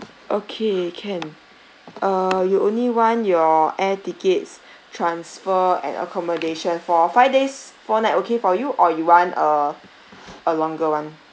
okay can err you only want your air tickets transfer and accommodation for five days four night okay for you or you want a a longer [one]